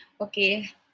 Okay